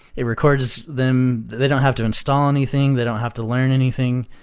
it records them they don't have to install anything, they don't have to learn anything.